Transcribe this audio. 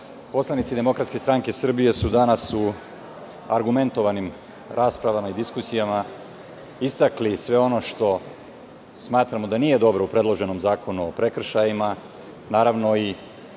poslanici DSS su danas u argumentovanim raspravama, diskusijama istakli sve ono što smatramo da nije dobro u predloženom Zakonu o prekršajima, naravno i